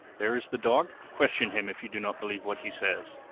there is the dog question him, if you do not believe what he says.